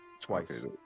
twice